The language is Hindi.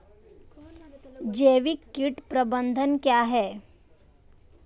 जैविक कीट प्रबंधन क्या है?